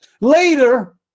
Later